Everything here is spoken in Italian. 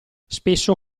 spesso